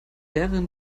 lehrerin